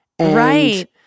Right